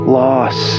loss